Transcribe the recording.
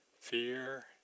fear